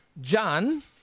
John